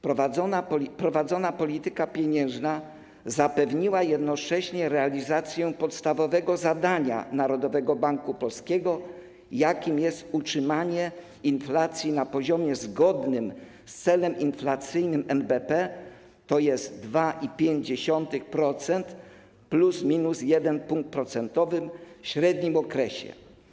Prowadzona polityka pieniężna zapewniła jednocześnie realizację podstawowego zadania Narodowego Banku Polskiego, jakim jest utrzymanie inflacji na poziomie zgodnym z celem inflacyjnym NBP, tj. 2,5% plus minus 1 pkt proc. w średnim okresie.